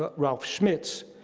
ah ralf schmitz,